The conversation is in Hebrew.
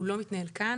הוא לא מתנהל כאן.